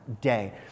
day